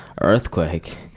earthquake